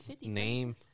name